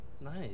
Nice